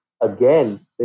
again